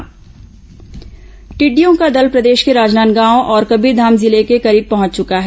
टिड्डी दल अलर्ट टिड़िडयो का दल प्रदेश के राजनांदगांव और कबीरधाम जिले के करीब पहंच चुका है